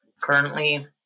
currently